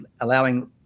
allowing